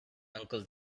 uncle